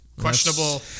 questionable